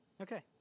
Okay